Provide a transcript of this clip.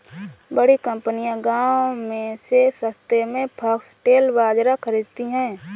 बड़ी कंपनियां गांव से सस्ते में फॉक्सटेल बाजरा खरीदती हैं